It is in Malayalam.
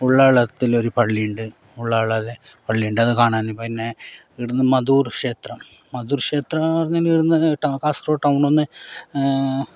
ഉള്ളതിൽ ഒരു പള്ളിയിൽ ഉള്ളതിൽ പള്ളിയുണ്ട് അതു കാണാൻ പിന്നെ ഈടെന്ന് മധൂർ ക്ഷേത്രം മധൂർ ക്ഷേത്രമെന്നു പറഞ്ഞാൽ ഈടന്ന് കാസർഗോഡ് ടൗണിൽ നിന്ന്